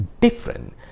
different